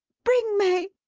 bring may!